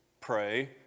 pray